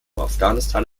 afghanistan